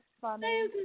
funny